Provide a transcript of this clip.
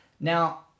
Now